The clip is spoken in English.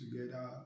together